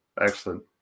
Excellent